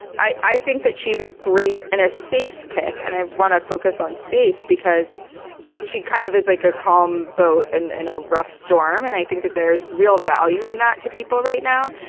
i i think that she's a great and a safe pick. and i want to focus on safe because she kind of is like a calm boat and in a rough storm. and i think that there's real value in that to people right now.